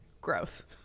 Growth